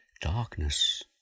darkness